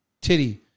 titty